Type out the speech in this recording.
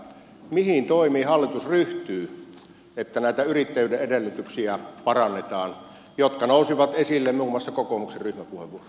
mihin toimiin hallitus ryhtyy että parannetaan näitä yrittäjyyden edellytyksiä jotka nousivat esille muun muassa kokoomuksen ryhmäpuheenvuorossa